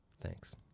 thanks